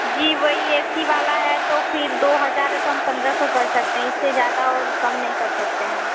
जी वही A C वाला है तो फ़िर दो हज़ार है तो हम पंद्रह सौ कर सकते हैं इससे ज़्यादा और कम नहीं कर सकते हैं